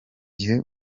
gihe